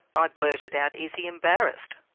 i blurted out, is he embarrassed?